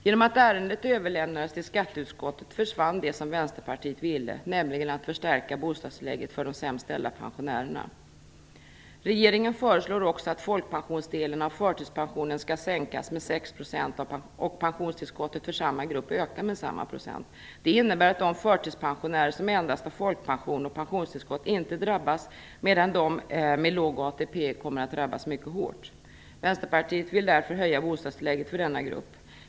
Genom att ärendet överlämnades till skatteutskottet försvann det som Vänsterpartiet ville, nämligen att förstärka bostadstillägget för de sämst ställda pensionärerna. Regeringen föreslår också att folkpensionsdelen av förtidspensionen skall sänkas med 6 % och pensionstillskottet för samma grupp öka med samma procent. Det innebär att de förtidspensionärer som endast har folkpension och pensionstillskott inte drabbas, medan de med låg ATP drabbas mycket hårt. Vänsterpartiet vill därför höja bostadstillägget för denna grupp.